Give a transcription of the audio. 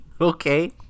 Okay